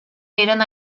eren